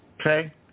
okay